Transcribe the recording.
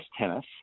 tennis